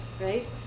right